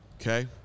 Okay